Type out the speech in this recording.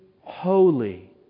holy